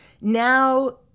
now